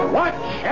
watch